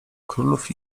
królów